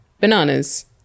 bananas